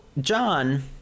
John